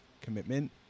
commitment